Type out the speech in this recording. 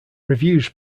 reviews